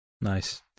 Nice